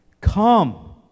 come